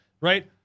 right